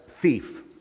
thief